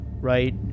right